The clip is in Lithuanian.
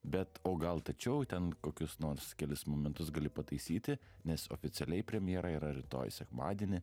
bet o gal tačiau ten kokius nors kelis momentus gali pataisyti nes oficialiai premjera yra rytoj sekmadienį